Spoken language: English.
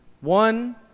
One